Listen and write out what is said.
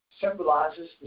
symbolizes